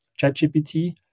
ChatGPT